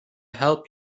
help